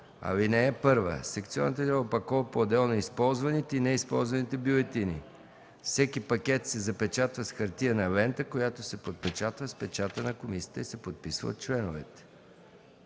комисия опакова в пакети поотделно използваните и неизползваните бюлетини. Всеки пакет се запечатва с хартиена лента, която се подпечатва с печата на комисията и се подписва от членове